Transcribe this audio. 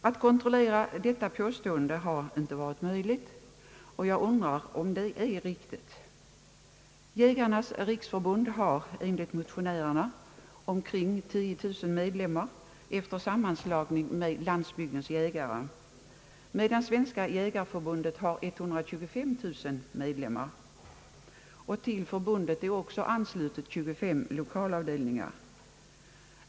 Att kontrollera detta påstående har inte varit möjligt, och jag undrar om det är riktigt. Jägarnas riksförbund har enligt motionärerna omkring 10 000 medlemmar efter sammanslagningen med Landsbygdens jägare, medan Svenska jägareförbundet har 125 000 medlemmar och 25 lokalavdelningar.